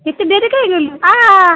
ଏତେ ଡେରି କାଇଁ କଲୁ ଆ ଆ